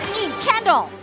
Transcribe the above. Kendall